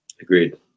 Agreed